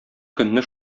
көнне